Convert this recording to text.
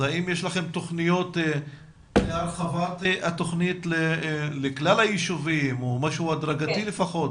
האם יש לכם תכניות להרחבת התכנית לכלל הישובים או משהו הדרגתי לפחות?